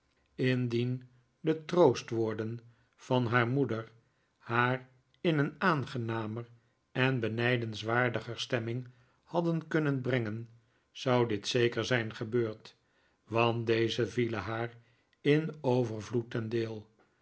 indien de troostwoorden van haar moeder haar in een aangenamer en benijdenswaardiger stemming hadden kunnen brengen zou dit zeker zijn gebeurd want deze vielen haar in overvloed ten deel